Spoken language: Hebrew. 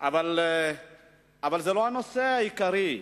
אבל זה לא הנושא העיקרי.